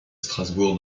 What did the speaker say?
strasbourg